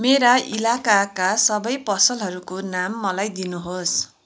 मेरो इलाकाका सबै पसलहरूको नाम मलाई दिनुहोस्